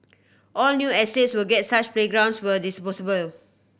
all new estates will get such playgrounds where is possible